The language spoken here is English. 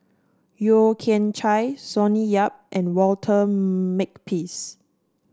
Yeo Kian Chai Sonny Yap and Walter Makepeace